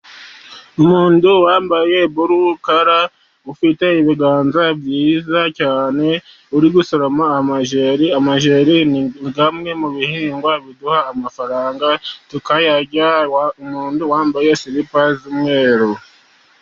Umuntu wambaye burukara, ufite ibiganza byiza cyane uri gusoroma amajeri. Amajeri ni amwe mu bihingwa biduha amafaranga tukayarya, umuntu wambaye siripa z'umweru.